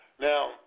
Now